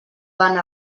van